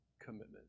commitment